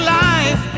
life